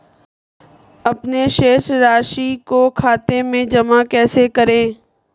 अपने शेष राशि को खाते में जमा कैसे करें?